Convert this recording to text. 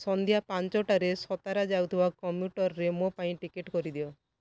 ସନ୍ଧ୍ୟା ପାଞ୍ଚଟାରେ ସତାରା ଯାଉଥିବା କମ୍ୟୁଟର୍ରେ ମୋ ପାଇଁ ଟିକେଟ୍ କରି ଦିଅ